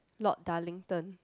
Lord Darlington